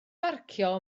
barcio